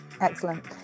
excellent